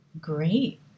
great